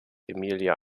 emilia